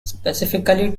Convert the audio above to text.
specifically